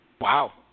Wow